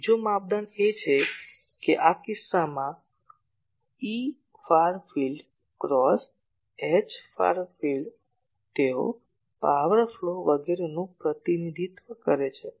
અને બીજો માપદંડ એ છે કે આ કિસ્સામાં આ Efar field cross Hfar field તેઓ પાવર ફ્લો વગેરેનું પ્રતિનિધિત્વ કરે છે